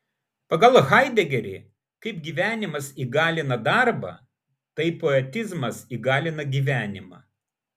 pagal haidegerį kaip gyvenimas įgalina darbą taip poetizmas įgalina gyvenimą